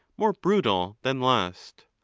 more brutal than lust,